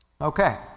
Okay